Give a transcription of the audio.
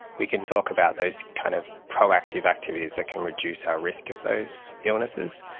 we can talk about those kind of proactive activities that can reduce our risk of those illnesses.